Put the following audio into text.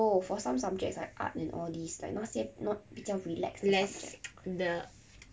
有 for some subjects like art and all this like 那些 not 比较 relax 的 subjects